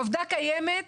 עובדה קיימת,